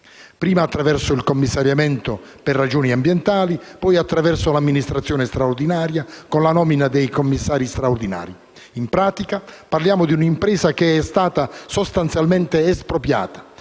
prima attraverso il commissariamento per ragioni ambientali, poi attraverso l'amministrazione straordinaria con la nomina dei commissari straordinari. In pratica, parliamo di un'impresa che è stata sostanzialmente espropriata,